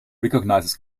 recognizes